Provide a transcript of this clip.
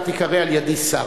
אתה תיקרא על-ידי "שר".